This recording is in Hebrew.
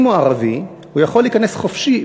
אם הוא ערבי הוא יכול להיכנס חופשי,